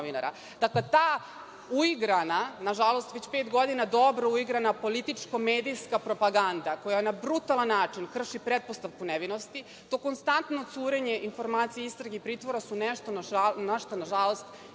ta uigrana, na žalost, već pet godina dobro uigrana političko-medijska propaganda koja na brutalan način krši pretpostavku nevinosti, to konstantno curenje informacija istrage i pritvora su nešto što na žalost